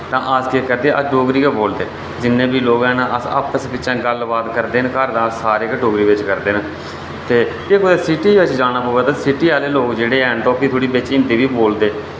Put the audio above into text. तां अस के करदे अस डोगरी गै बोलदे जिन्ने बी लोक हैन अस आपस बिच गल्ल बात करदे न घर तां अस सारे गै डोगरी बिच करदे न ते फ्ही कुतै सिटी बिच जाना पवै तां सिटी आह्ले लोक जेह्ड़े हैन तां ओह् फ्ही थोह्ड़ी बिच हिंदी बी बोलदे